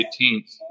18th